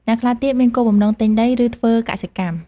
អ្នកខ្លះទៀតមានគោលបំណងទិញដី ឬធ្វើកសិកម្ម។